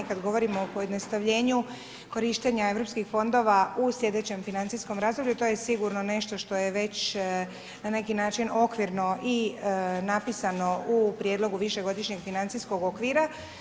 Kad govorimo o pojednostavljenju korištenja europskih fondova u slijedećem financijskom razdoblju to je sigurno nešto što je već na neki način okvirno i napisano u prijedlogu višegodišnjeg financijskog okvir.